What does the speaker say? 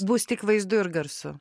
bus tik vaizdu ir garsu